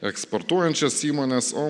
eksportuojančias įmones o